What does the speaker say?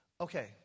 Okay